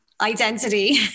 identity